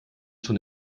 schon